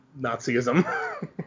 Nazism